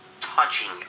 touching